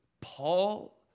Paul